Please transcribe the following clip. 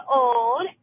old